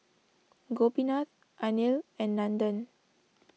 Gopinath Anil and Nandan